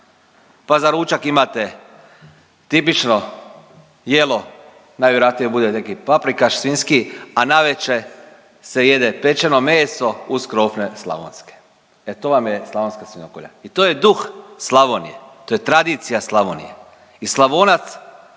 Pa za ručak imate tipično jelo najvjerojatnije bude neki paprikaš svinjski, a navečer se jede pečeno meso u krofne slavonske. E to vam je slavonska svinjokolja i to je duh Slavonije, to je tradicija Slavonije. I Slavonac